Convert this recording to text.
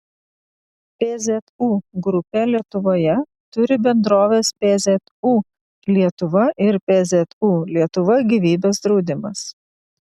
pzu grupė lietuvoje turi bendroves pzu lietuva ir pzu lietuva gyvybės draudimas